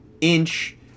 inch